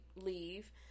leave